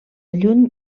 lluny